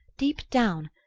deep down,